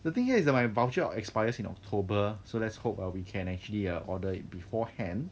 the thing here is my voucher hor expires in october so let's hope we can actually uh order it beforehand